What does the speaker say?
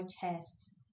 chests